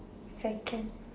yes I can